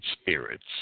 spirits